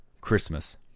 Christmas